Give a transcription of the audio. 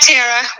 Tara